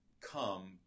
come